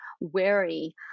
wary